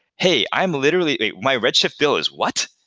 hey, i'm literally my red shift bill is what?